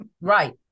Right